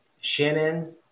Shannon